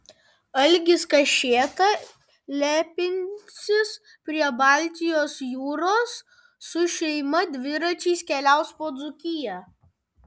algis kašėta lepinsis prie baltijos jūros su šeima dviračiais keliaus po dzūkiją